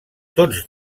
tots